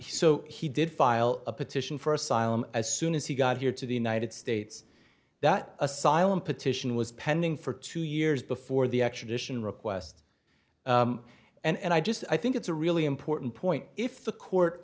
so he did file a petition for asylum as soon as he got here to the united states that asylum petition was pending for two years before the extradition request and i just i think it's a really important point if the court